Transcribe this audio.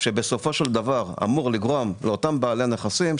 שבסופו של דבר אמור לגרום לאותם בעלי נכסים,